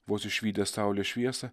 vos išvydęs saulės šviesą